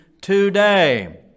Today